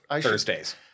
Thursdays